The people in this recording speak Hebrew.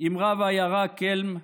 עם רב העיירה קלם,